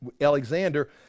Alexander